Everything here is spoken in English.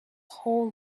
whole